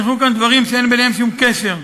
נכרכו כאן דברים שאין ביניהם שום קשר.